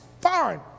fine